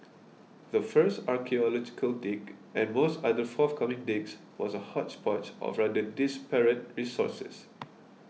the first archaeological dig and most other forthcoming digs was a hodgepodge of rather disparate resources